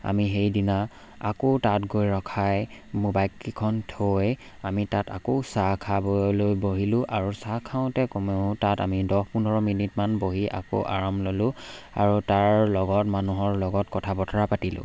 আমি সেইদিনা আকৌ তাত গৈ ৰখাই ম বাইককেইখন থৈ আমি তাত আকৌ চাহ খাবলৈ বহিলোঁ আৰু চাহ খাওঁতে কমেও তাত আমি দহ পোন্ধৰ মিনিটমান বহি আকৌ আৰাম ল'লোঁ আৰু তাৰ লগত মানুহৰ লগত কথা বথৰা পাতিলোঁ